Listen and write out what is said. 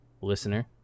listener